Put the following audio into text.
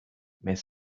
mes